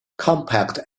compact